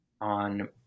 on